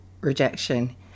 rejection